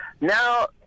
Now